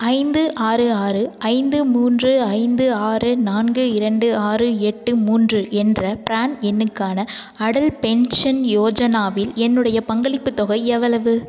ஐந்து ஆறு ஆறு ஐந்து மூன்று ஐந்து ஆறு நான்கு இரண்டு ஆறு எட்டு மூன்று என்ற ப்ரான் எண்ணுக்கான அடல் பென்ஷன் யோஜனாவில் என்னுடைய பங்களிப்புத் தொகை எவ்வளவு